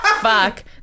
fuck